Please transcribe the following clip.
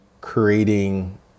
creating